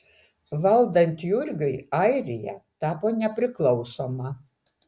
valdant jurgiui airija tapo nepriklausoma